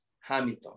Hamilton